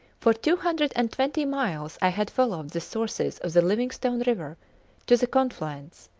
for two hundred and twenty miles i had followed the sources of the livingstone river to the confluence,